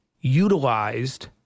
utilized